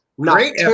Great